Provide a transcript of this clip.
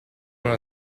una